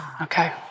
Okay